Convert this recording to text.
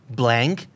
blank